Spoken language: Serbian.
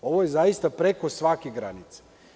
Ovo je zaista preko svake granice.